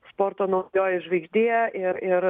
sporto naujoji žvaigždė ir ir